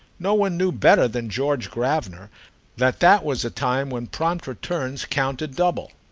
no one knew better than george gravener that that was a time when prompt returns counted double.